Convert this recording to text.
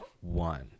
one